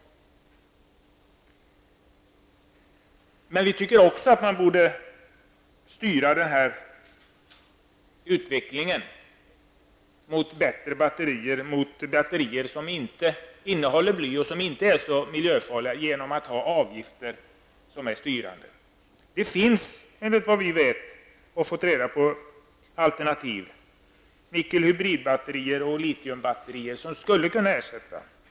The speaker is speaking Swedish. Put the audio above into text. Men vi tycker också att man borde styra utvecklingen mot bättre batterier -- mot batterier som inte innehåller bly och som inte är så miljöfarliga -- genom att ha styrande avgifter. Enligt vad vi har fått reda på finns det alternativ -- nickel-hydridbatterier och litiumbatterier.